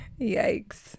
Yikes